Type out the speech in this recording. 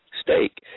steak